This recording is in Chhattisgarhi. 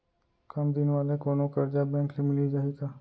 कम दिन वाले कोनो करजा बैंक ले मिलिस जाही का?